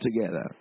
together